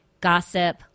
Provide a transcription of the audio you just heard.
gossip